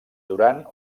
durant